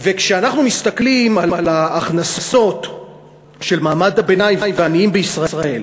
כשאנחנו מסתכלים על ההכנסות של מעמד הביניים ושל העניים בישראל,